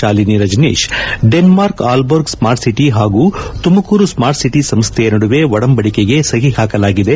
Shalini Rajneesh Denmark Aalborg smart city ಹಾಗೂ Tumakuru smart city ಸಂಸ್ದೆಯ ನಡುವೆ ಒಡಂಬಡಿಕೆ ಸಹಿ ಹಾಕಲಾಗಿದೆ